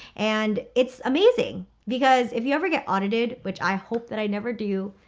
and it's amazing. because if you ever get audited, which i hope that i never do,